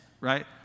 right